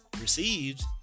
received